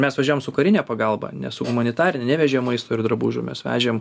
mes važiavom su karine pagalba ne su humanitarine nevežėm maisto ir drabužių mes vežėm